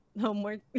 homework